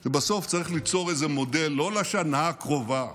זה שבסוף צריך ליצור איזה מודל לא לשנה הקרובה